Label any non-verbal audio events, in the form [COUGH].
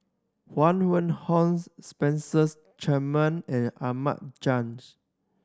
Huang Wenhong [UNINTELLIGIBLE] Spencer Chapman and Ahmad Jais